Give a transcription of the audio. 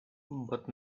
but